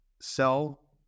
sell